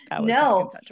No